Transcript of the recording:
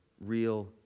Real